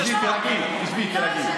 תשבי.